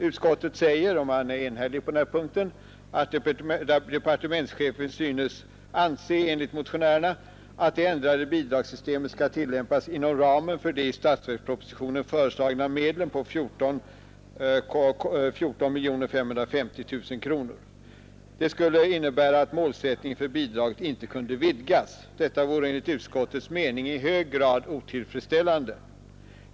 Utskottet säger — och man är enhällig på den här punkten — följande: ”Departementschefen synes enligt motionärerna anse att det ändrade bidragssystemet skall tillämpas inom ramen för de i statsverkspropositionen föreslagna medlen på 14550000 kr. Det skulle innebära att målsättningen för bidraget inte kunde vidgas. Detta vore enligt utskottets mening i hög grad otillfredsställande.